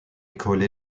école